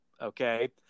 Okay